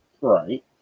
Right